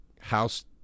house –